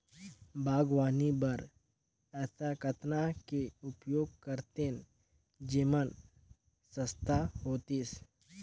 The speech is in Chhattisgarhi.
बागवानी बर ऐसा कतना के उपयोग करतेन जेमन सस्ता होतीस?